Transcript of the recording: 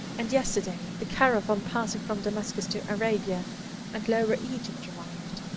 and yesterday the caravan passing from damascus to arabia and lower egypt arrived.